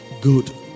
good